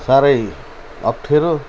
साह्रै अप्ठ्यारो